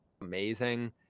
amazing